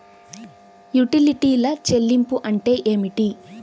యుటిలిటీల చెల్లింపు అంటే ఏమిటి?